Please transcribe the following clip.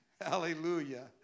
Hallelujah